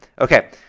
Okay